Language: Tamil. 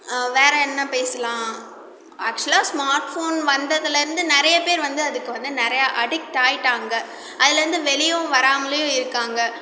வேறு என்ன பேசுலாம் ஆக்சுவலாக ஸ்மார்ட் ஃபோன் வந்ததுலருந்து நிறைய பேர் வந்து அதுக்கு வந்து நிறையா அடிக்ட் ஆயிவிட்டாங்க அதுலந்து வெளியேவும் வராமலையும் இருக்காங்க